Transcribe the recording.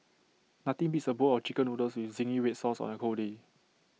nothing beats A bowl of Chicken Noodles with Zingy Red Sauce on A cold day